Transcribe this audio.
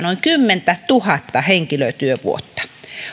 noin kymmentätuhatta henkilötyövuotta